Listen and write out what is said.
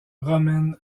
romaine